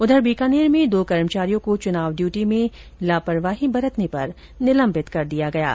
उधर बीकानेर में दो कर्मचारियों को चुनाव ड्यूटी में लापरवाही बरतने पर निलम्बित कर दिया गया है